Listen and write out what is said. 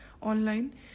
online